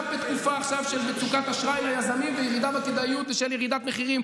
גם בתקופה עכשיו של מצוקת אשראי ליזמים וירידה בכדאיות של ירידת מחירים,